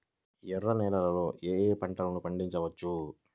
ఎర్ర నేలలలో ఏయే పంటలు పండించవచ్చు?